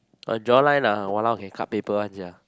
her jawline ah !walao! can cut paper one sia